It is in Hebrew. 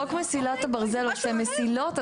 חוק מסילת הברזל זה מסילות.